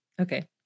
Okay